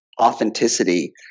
authenticity